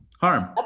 harm